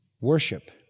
worship